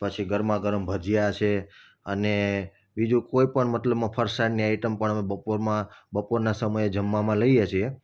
પછી ગરમા ગરમ ભજીયા છે અને બીજું કોઈ પણ મતલબમાં ફરસાણની આઈટમ પણ અમે બપોરમાં બપોરના સમયે જમવામાં લઈએ છીએ